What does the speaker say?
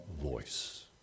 voice